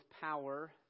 power